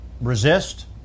resist